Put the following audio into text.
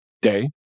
Day